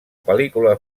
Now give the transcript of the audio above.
pel·lícula